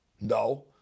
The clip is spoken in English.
No